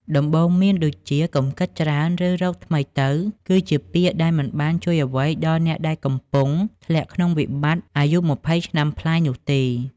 ដំបូន្មានដូចជា "កុំគិតច្រើន" ឬ "រកថ្មីទៅ" គឺជាពាក្យដែលមិនបានជួយអ្វីដល់អ្នកដែលកំពុងធ្លាក់ក្នុងវិបត្តិអាយុ២០ឆ្នាំប្លាយនោះទេ។